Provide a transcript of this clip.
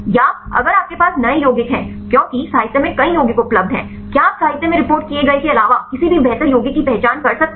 या अगर आपके पास नए यौगिक हैं क्योंकि साहित्य में कई यौगिक उपलब्ध हैं क्या आप साहित्य में रिपोर्ट किए गए के अलावा किसी भी बेहतर यौगिक की पहचान कर सकते हैं